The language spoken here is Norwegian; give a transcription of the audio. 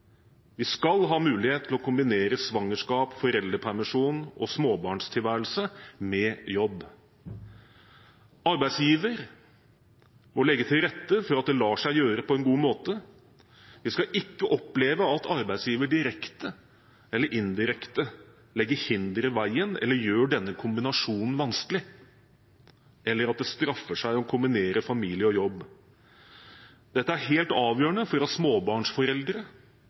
Vi skal ha mulighet til å kombinere svangerskap, foreldrepermisjon og småbarnsforeldretilværelse med jobb. Arbeidsgiver må legge til rette for at det lar seg gjøre på en god måte. Vi skal ikke oppleve at arbeidsgiver direkte eller indirekte legger hindre i veien eller gjør denne kombinasjonen vanskelig, eller at det straffer seg å kombinere familie og jobb. Dette er helt avgjørende for at småbarnsforeldre